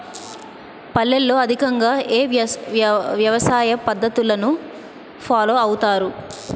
పల్లెల్లో అధికంగా ఏ వ్యవసాయ పద్ధతులను ఫాలో అవతారు?